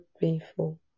painful